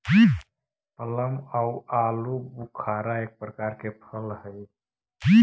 plum आउ आलूबुखारा एक प्रकार के फल हई